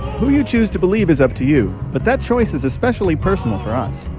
who you choose to believe is up to you, but that choice is especially personal for us.